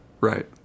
Right